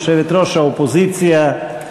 יושבת-ראש האופוזיציה.